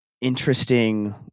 interesting